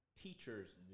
teachers